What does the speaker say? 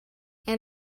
and